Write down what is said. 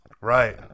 Right